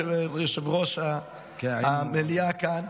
עוד, באמת,